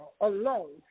alone